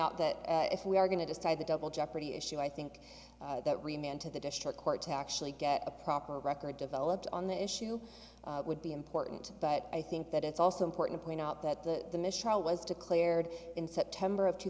out that if we are going to decide the double jeopardy issue i think that remained to the district court to actually get a proper record developed on the issue would be important but i think that it's also important to point out that the was declared in september of two